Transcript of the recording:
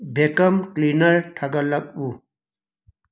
ꯕꯦꯀꯝ cleaner ꯊꯥꯒꯠꯂꯛꯎ